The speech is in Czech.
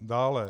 Dále.